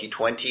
2020